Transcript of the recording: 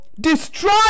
destroy